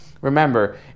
Remember